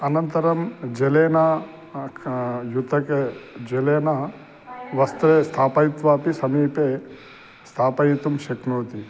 अनन्तरं जलेन क युतके जलेन वस्त्रे स्थापयित्वापि समीपे स्थापयितुं शक्नोति